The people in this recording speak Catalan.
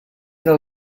del